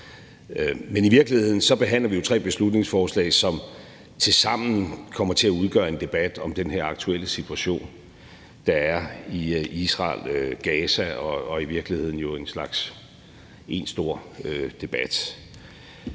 Men i virkeligheden behandler vi jo tre beslutningsforslag, som tilsammen kommer til at udgøre en debat om den her aktuelle situation, der er i Israel og Gaza, og som jo i virkeligheden er en stor debat.